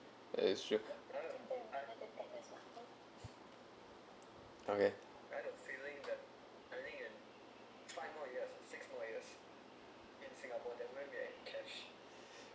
that's true okay